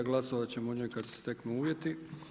Glasovat ćemo o njoj kad se steknu uvjeti.